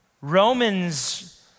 Romans